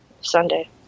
Sunday